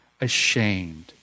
ashamed